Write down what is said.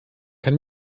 kein